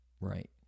Right